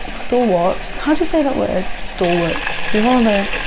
stalwarts. how'd you say that word? stalwarts she's one of the.